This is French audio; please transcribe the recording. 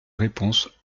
réponse